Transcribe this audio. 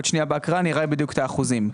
בהקראה נראה בדיוק את האחוזים.